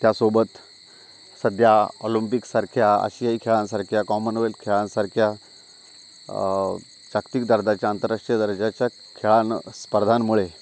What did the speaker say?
त्यासोबत सध्या ऑलिम्पिकसारख्या आशियाई खेळांसारख्या कॉमनवेल्थ खेळांसारख्या जागतिक दर्जाच्या आंतरराष्ट्रीय दर्जाच्या खेळां स्पर्धांमुळे